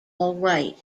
alright